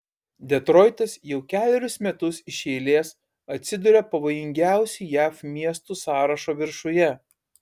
detroitas jau kelerius metus iš eilės atsiduria pavojingiausių jav miestų sąrašo viršuje